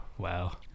Wow